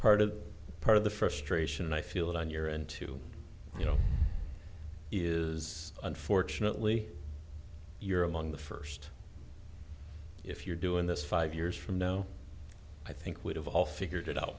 part of part of the frustration i feel on your end to you know is unfortunately you're among the first if you're doing this five years from now i think we have all figured it out